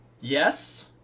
yes